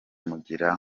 mugira